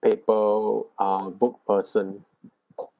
paper ah a book person